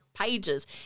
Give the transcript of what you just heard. pages